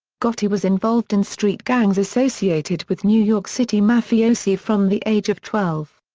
gotti was involved in street gangs associated with new york city mafiosi from the age of twelve.